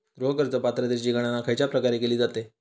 गृह कर्ज पात्रतेची गणना खयच्या प्रकारे केली जाते?